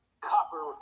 copper